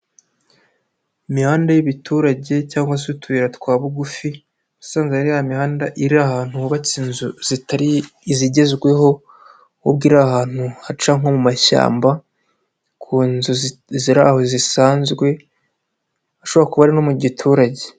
Imihanda y'ibiturage cyangwa se utuyira twa bugufi, uba usanga hari ya mihanda iri ahantu hubatse inzu zitari izigezweho, ahubwo iri ahantu haca nko mu mashyamba ku nzu ziri aho zisanzwe, hashobora kuba ari no mu giturage.